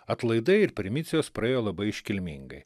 atlaidai ir primicijos praėjo labai iškilmingai